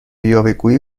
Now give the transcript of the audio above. یاوهگویی